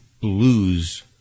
blues